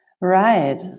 Right